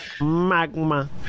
Magma